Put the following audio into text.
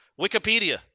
Wikipedia